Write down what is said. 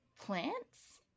plants